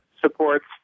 supports